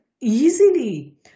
easily